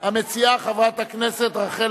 המציעה, חברת הכנסת רחל